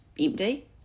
empty